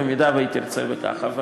במידה שהיא תרצה בכך.